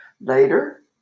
Later